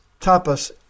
tapas